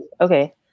okay